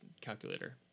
calculator